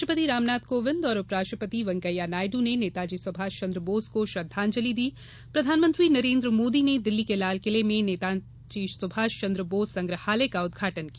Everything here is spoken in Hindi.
राष्ट्रपति रामनाथ कोविंद और उप राष्ट्रपति वेंकैया नायडू ने नेताजी सुभाषचंद्र बोस को श्रद्धांजलि दी प्रधानमंत्री नरेंद्र मोदी ने दिल्ली के लालकिले में नेताजी सुभाष चंद्र बोस संग्रहालय का उद्घाटन किया